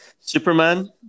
Superman